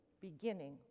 beginning